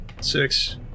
six